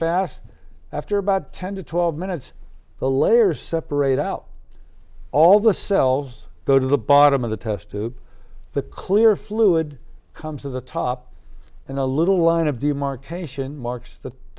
fast after about ten to twelve minutes the layers separate out all the cells go to the bottom of the test tube the clear fluid comes to the top and a little line of demarcation marks th